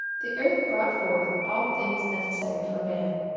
the earth brought forth all things necessary for man,